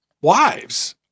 wives